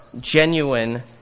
genuine